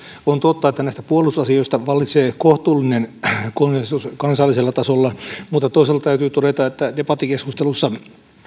on totta että näistä puolustusasioista vallitsee kohtuullinen konsensus kansallisella tasolla mutta toisaalta täytyy todeta että debattikeskustelussa